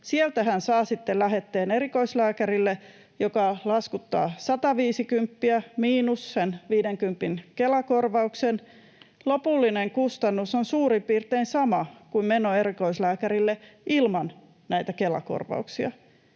Sieltä hän saa sitten lähetteen erikoislääkärille, joka laskuttaa sataviisikymppiä miinus se viidenkympin Kela-korvaus. Lopullinen kustannus on suurin piirtein sama kuin meno erikoislääkärille ilman näitä Kela-korvauksia.